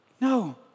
No